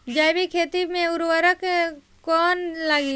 जैविक खेती मे उर्वरक कौन लागी?